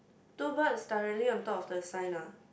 two birds directly on top of the sign lah